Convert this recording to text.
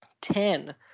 ten